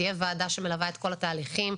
תהיה ועדה שמלווה את כל התהליכים,